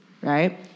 right